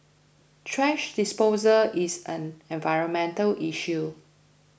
thrash disposal is an environmental issue